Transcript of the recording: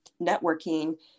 networking